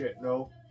No